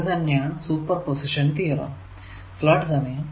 ഇത് തന്നെ ആണ് സൂപ്പർ പൊസിഷൻ തിയറം